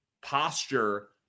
posture